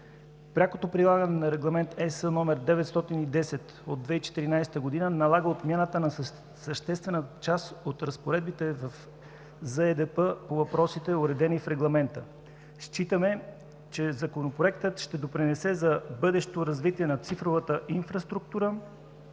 Прякото прилагане на Регламент ЕС 910/2014 г. налага отмяната на съществената част от разпоредбите в ЗЕДП по въпросите, уредени в Регламента. Считаме, че Законопроектът ще допринесе за бъдещото развитие на цифровата инфраструктура,